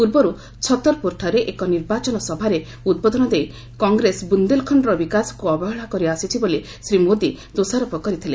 ପୂର୍ବର୍ ଛତରପ୍ରରଠାରେ ଏକ ନିର୍ବାଚନ ସଭାରେ ଉଦ୍ବୋଧନ ଦେଇ କଂଗ୍ରେସ ବୁନ୍ଦେଲ୍ଖଣ୍ଡର ବିକାଶକୁ ଅବହେଳା କରିଆସିଛି ବୋଲି ଶ୍ରୀ ମୋଦି ଦୋଷାରୋପ କରିଥିଲେ